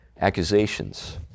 accusations